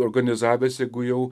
organizavęs jeigu jau